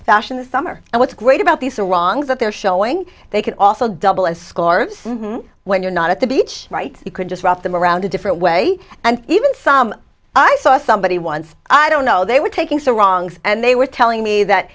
fashion this summer and what's great about these sarongs that they're showing they can also double as scarves when you're not at the beach right you could just wrap them around a different way and even some i saw somebody once i don't know they were taking sarongs and they were telling me that